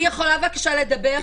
אני יכולה בבקשה לדבר?